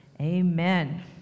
Amen